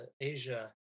Asia